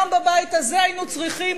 היום בבית הזה היינו צריכים,